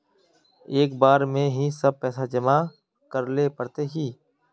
एक बार में ही सब पैसा जमा करले पड़ते की?